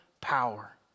power